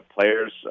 Players